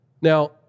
Now